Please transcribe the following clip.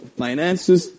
finances